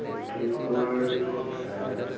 বিদ্য়ুতবোৰ